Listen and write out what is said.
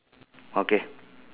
okay